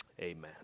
amen